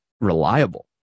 reliable